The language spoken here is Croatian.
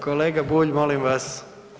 Kolega Bulj molim vas.